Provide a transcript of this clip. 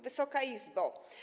Wysoka Izbo!